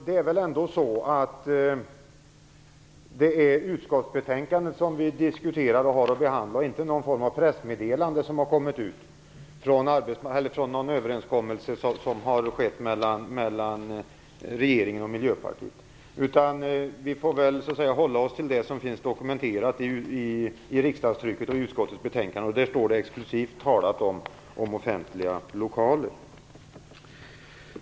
Det är väl ändå utskottsbetänkandet vi diskuterar och har att behandla, och inte någon form av pressmeddelande om någon överenskommelse som har skett mellan regeringen och Miljöpartiet. Vi får väl hålla oss till det som finns dokumenterat i riksdagstrycket, i utskottets betänkande. Där står det exklusivt talat om offentliga lokaler.